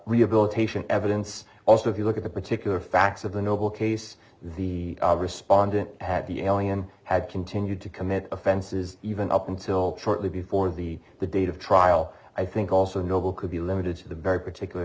rehabilitation evidence also if you look at the particular facts of the noble case the respondent had the alien had continued to commit offenses even up until shortly before the the date of trial i think also noble could be limited to the very particular